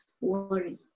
worry